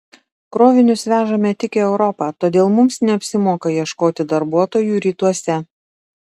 krovinius vežame tik į europą todėl mums neapsimoka ieškoti darbuotojų rytuose